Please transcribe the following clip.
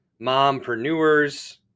mompreneurs